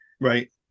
right